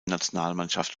nationalmannschaft